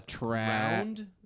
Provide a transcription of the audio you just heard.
Round